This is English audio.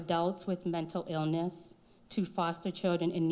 adults with mental illness to foster children in